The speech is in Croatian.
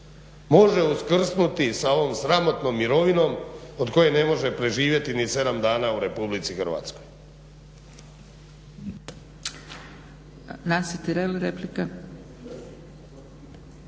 može uskrsnuti sa ovom sramotnom mirovinom od koje ne može preživjeti ni 7 dana u RH.